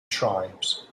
tribes